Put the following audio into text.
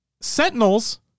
Sentinels